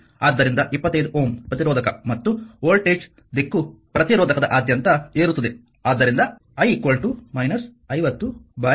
ಆದ್ದರಿಂದ 25 ಓಮ್ ಪ್ರತಿರೋಧಕ ಮತ್ತು ವೋಲ್ಟೇಜ್ನ ದಿಕ್ಕು ಪ್ರತಿರೋಧಕದಾದ್ಯಂತ ಏರುತ್ತದೆ